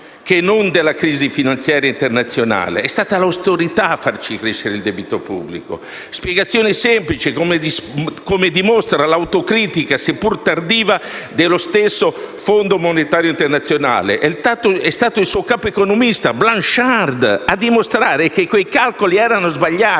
e non già della crisi finanziaria internazionale. Ripeto, è stata l'austerità a far crescere il debito pubblico. La spiegazione è semplice, come dimostra l'autocritica, seppur tardiva, dello stesso Fondo monetario internazione. È stato il suo capo economista, Olivier Blanchard, a dimostrare che avevamo ragione